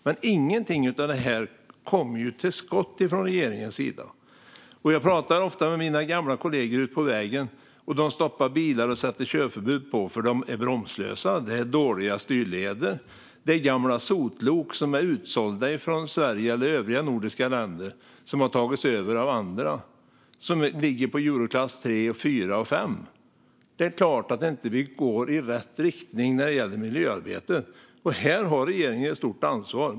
Men inte när det gäller något av detta lyckas regeringen komma till skott. Jag talar ofta med mina gamla kollegor ute på vägen. De stoppar bilar och sätter körförbud på dem - det handlar om bilar som är bromslösa eller har dåliga styrleder. Det är gamla sotlok som är utsålda från Sverige eller övriga nordiska länder som har tagits över av andra. De ligger i Euroklasserna 3, 4 och 5. Det är klart att det inte går i rätt riktning med miljöarbetet. Här har regeringen ett stort ansvar.